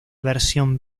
versión